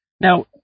Now